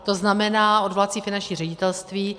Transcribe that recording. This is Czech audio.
To znamená odvolací finanční ředitelství.